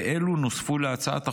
ואלו נוספו להצעת החוק.